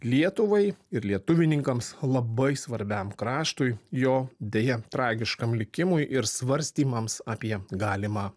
lietuvai ir lietuvininkams labai svarbiam kraštui jo deja tragiškam likimui ir svarstymams apie galimą